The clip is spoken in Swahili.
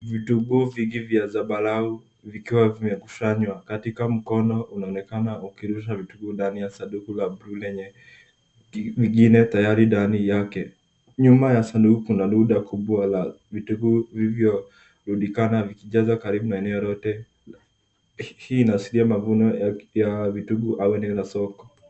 Vitunguu vingi vya zambarau vikiwa vimekusanywa katika mkono unaonekana ukirusha vitunguu ndani ya sanduku la buluu lenye vingine tayari ndani yake. Nyuma ya sanduku kuna rundo kubwa la vitunguu vilivyorundikana vikijaza karibu na eneo lote. Hii inaashiria mavuno ya vitunguu au eno la soko.